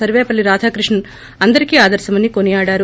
సర్వేపల్లి రాధాకృష్ణ అందరికీ ఆదర్శమని కొనియాడారు